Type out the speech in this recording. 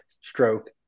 stroke